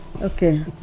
Okay